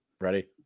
ready